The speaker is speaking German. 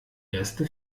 erste